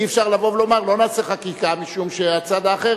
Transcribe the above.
אי-אפשר לבוא ולומר: לא נעשה חקיקה משום שהצד האחר